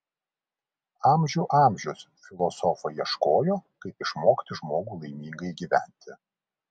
amžių amžius filosofai ieškojo kaip išmokyti žmogų laimingai gyventi